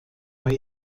bei